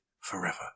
forever